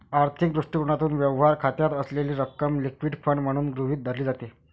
आर्थिक दृष्टिकोनातून, व्यवहार खात्यात असलेली रक्कम लिक्विड फंड म्हणून गृहीत धरली जाते